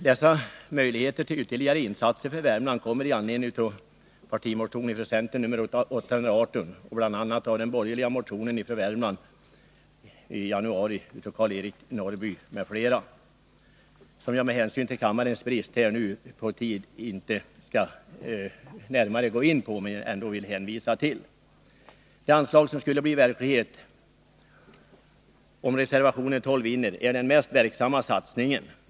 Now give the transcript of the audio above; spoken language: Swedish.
De här möjligheterna till ytterligare insatser för Värmland baserar sig bl.a. på centerns partimotion nr 818 och på den borgerliga Värmlandsmotionen som väcktes i januari av Karl-Eric Norrby m.fl., som jag med hänsyn till kammarens brist på tid inte skall gå in på men ändå vill hänvisa till. Det anslag som skulle bli verklighet om reservation 12 vinner, skulle bli den mest verksamma satsningen.